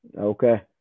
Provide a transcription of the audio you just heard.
okay